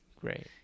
Great